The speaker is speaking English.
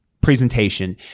presentation